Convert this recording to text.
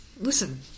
listen